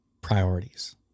priorities